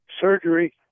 surgery